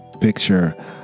Picture